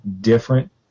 different